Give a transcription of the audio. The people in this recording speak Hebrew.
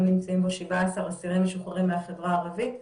נמצאים בו 17 אסירים משוחררים מהחברה הערבית,